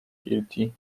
guilty